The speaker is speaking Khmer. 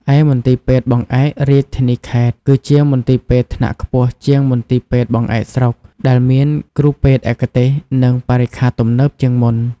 ឯមន្ទីរពេទ្យបង្អែករាជធានី/ខេត្ត គឺជាមន្ទីរពេទ្យថ្នាក់ខ្ពស់ជាងមន្ទីរពេទ្យបង្អែកស្រុក ដែលមានគ្រូពេទ្យឯកទេស និងបរិក្ខារទំនើបជាងមុន។